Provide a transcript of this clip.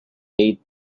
bade